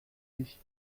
ich